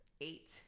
eight